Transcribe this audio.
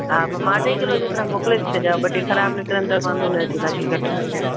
हा पर मां अढाई किलो जेतिरा मोकिले थी छॾियां ॿ टे ख़राब निकिरनि त वांदो न अचे तव्हांखे घटि न थियनि